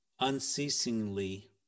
Unceasingly